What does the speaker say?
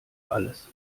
alles